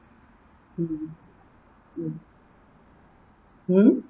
mm mm mm